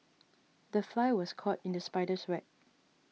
the fly was caught in the spider's web